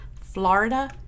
Florida